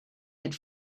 had